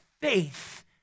faith